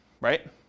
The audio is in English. right